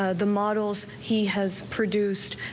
ah the models he has produced.